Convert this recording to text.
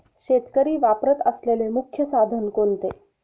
शेतकरी वापरत असलेले मुख्य साधन कोणते?